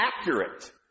accurate